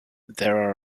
there